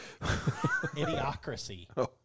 Idiocracy